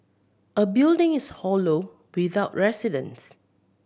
a building is hollow without residents